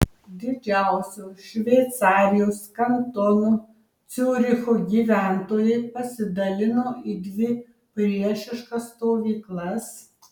didžiausio šveicarijos kantono ciuricho gyventojai pasidalino į dvi priešiškas stovyklas